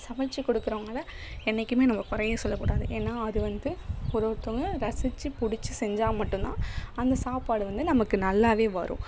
சமைச்சு கொடுக்குறவங்கள என்றைக்கிமே நம்ம குறையே சொல்லக்கூடாது ஏனால் அது வந்து ஒரு ஒருத்தவங்க ரசிச்சு பிடிச்சி செஞ்சால் மட்டும்தான் அந்த சாப்பாடு வந்து நமக்கு நல்லாவே வரும்